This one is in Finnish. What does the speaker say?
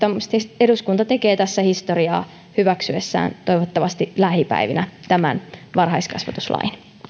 eduskunta tekee tässä historiaa hyväksyessään toivottavasti lähipäivinä tämän varhaiskasvatuslain